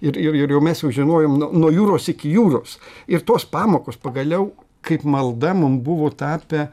ir ir ir jau mes jau žinojom no no jūros iki jūros ir tos pamokos pagaliau kaip malda mum buvo tapę